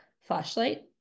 flashlight